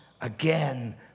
again